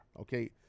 Okay